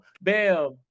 Bam